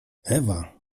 ewa